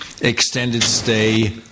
extended-stay